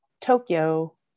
Tokyo